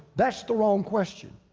that's the wrong question.